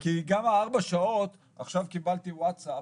כי גם ארבע השעות, עכשיו קיבלתי ווטסאפ,